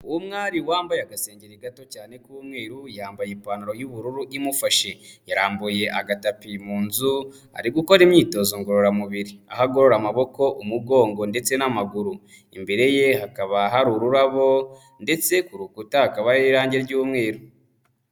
Umwari wambaye agasengeri gato cyane k'umweru yambaye ipantaro y'ubururu imufashe yarambuye agatapi mu nzu ari gukora imyitozo ngororamubiri, aho agorora amaboko, umugongo ndetse n'amaguru, imbere ye hakaba hari ururabo ndetse ku rukuta hakaba hariho irange ry'umweru.